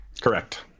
Correct